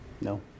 No